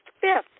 fifth